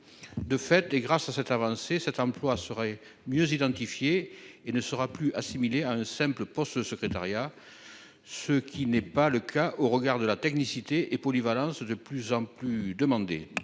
de fait grâce à cette avancée cet emploi seraient mieux identifier et ne sera plus assimilé à un simple poste de secrétariat. Ce qui n'est pas le cas au regard de la technicité et polyvalence de plus en plus demandé